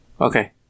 Okay